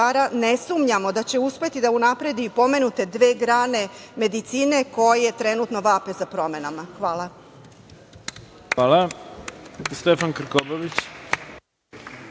ne sumnjamo da će uspeti da unapredi pomenute dve grane medicine koje trenutno vape za promenama. Hvala. **Ivica Dačić**